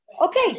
Okay